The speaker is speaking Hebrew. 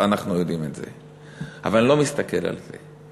אנחנו יודעים את זה, אבל אני לא מסתכל על זה.